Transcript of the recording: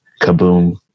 kaboom